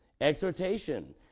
exhortation